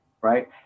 right